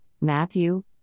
Matthew